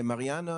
מריאנה,